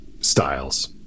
Styles